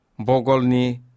Bogolni